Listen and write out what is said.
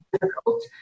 difficult